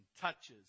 touches